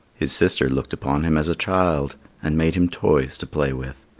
his sister looked upon him as a child and made him toys to play with.